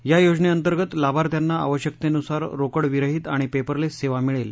या योजनेअंतर्गत लाभार्थ्यांना आवश्यकतेनुसार रोकडविरहीत आणि पेपरलेस सेवा मिळेल